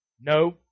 No